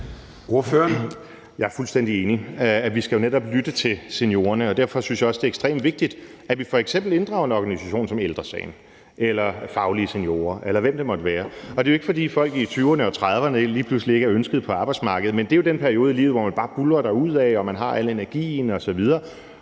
Jeg er fuldstændig enig i, at vi jo netop skal lytte til seniorerne, og derfor synes jeg også, det er ekstremt vigtigt, at vi f.eks. inddrager en organisation som Ældre Sagen eller Faglige Seniorer, eller hvem det måtte være. Det er ikke, fordi folk i 20'erne og 30'erne lige pludselig ikke er ønsket på arbejdsmarkedet, men det er jo den periode i livet, hvor man bare buldrer derudad, og man har al energien osv.